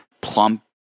plump